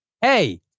Hey